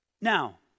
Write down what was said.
Now